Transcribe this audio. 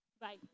Bye